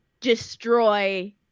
destroy